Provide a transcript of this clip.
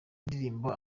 ndirimbo